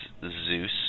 Zeus